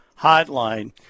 Hotline